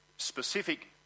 specific